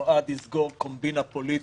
נועד לסגור קומבינה פוליטית,